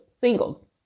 single